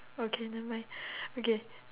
okay nevermind okay